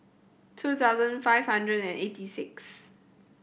two thousand five hundred and eighty sixth